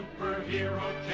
superhero